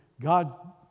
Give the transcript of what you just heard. God